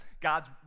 God's